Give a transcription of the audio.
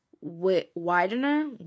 Widener